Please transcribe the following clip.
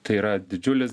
tai yra didžiulis